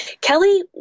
Kelly